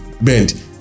bend